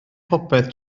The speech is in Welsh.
popeth